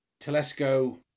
Telesco